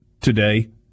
today